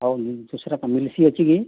ହଁ ଦୁସ୍ରା ମିଲ୍କ ଅଛି କି